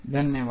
धन्यवाद